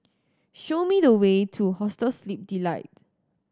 show me the way to Hostel Sleep Delight